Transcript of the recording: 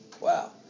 Wow